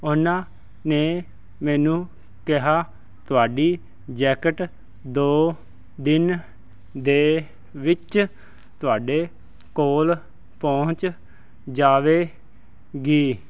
ਉਹਨਾਂ ਨੇ ਮੈਨੂੰ ਕਿਹਾ ਤੁਹਾਡੀ ਜੈਕਟ ਦੋ ਦਿਨ ਦੇ ਵਿੱਚ ਤੁਹਾਡੇ ਕੋਲ ਪਹੁੰਚ ਜਾਵੇਗੀ